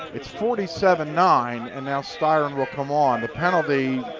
it's forty seven nine and now styron will come on and the penalty,